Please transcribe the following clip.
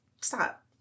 stop